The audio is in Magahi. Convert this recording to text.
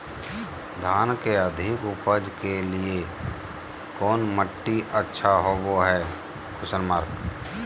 धान के अधिक उपज के लिऐ कौन मट्टी अच्छा होबो है?